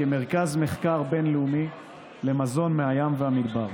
כמרכז מחקר בין-לאומי למזון מהים והמדבר.